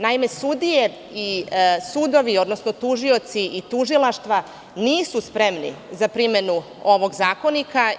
Naime, sudije i sudovi, odnosno tužioci i tužilaštva, nisu spremni za primenu ovog zakonika.